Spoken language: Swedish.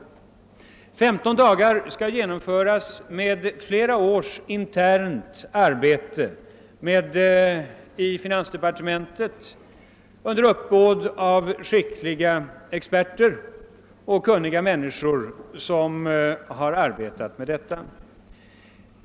Dessa 15 dagar skall jämföres med flera år av internt arbete i finansdepartementet under uppbåd av skickliga och kunniga experter.